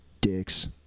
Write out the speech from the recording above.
dicks